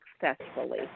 successfully